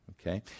Okay